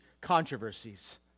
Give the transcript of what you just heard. controversies